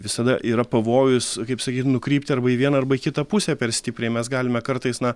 visada yra pavojus kaip sakyt nukrypti arba į vieną arba į kitą pusę per stipriai mes galime kartais na